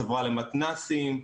החברה למתנ"סים,